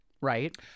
right